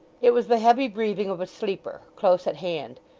it was the heavy breathing of a sleeper, close at hand.